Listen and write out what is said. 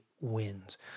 wins